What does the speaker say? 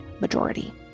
majority